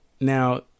now